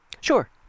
Sure